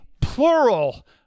plural